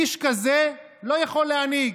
איש כזה לא יכול להנהיג.